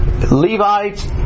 Levites